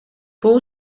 бул